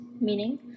meaning